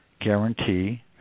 guarantee